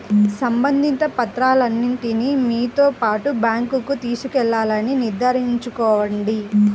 సంబంధిత పత్రాలన్నింటిని మీతో పాటు బ్యాంకుకు తీసుకెళ్లాలని నిర్ధారించుకోండి